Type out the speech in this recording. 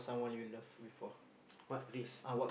what risk